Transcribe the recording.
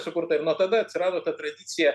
sukurta ir nuo tada atsirado ta tradicija